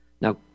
Now